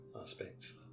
aspects